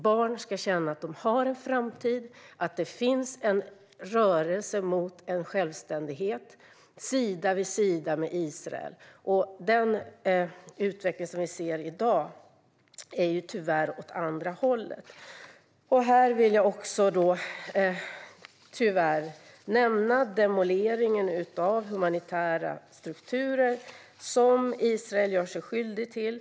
Barn ska känna att de har en framtid och att det finns en rörelse mot en självständighet sida vid sida med Israel. Den utveckling vi ser i dag går tyvärr åt andra hållet. Här vill jag också, tyvärr, nämna den demolering av humanitära strukturer som Israel gör sig skyldigt till.